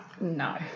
No